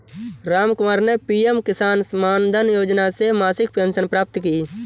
रामकुमार ने पी.एम किसान मानधन योजना से मासिक पेंशन प्राप्त की